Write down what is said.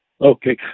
Okay